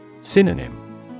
Synonym